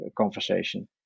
conversation